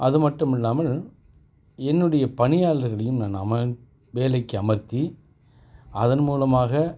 அதுமட்டுமல்லாமல் என்னுடைய பணியாளர்களையும் நான் அமன் வேலைக்கு அமர்த்தி அதன் மூலமாக